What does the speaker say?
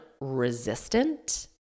resistant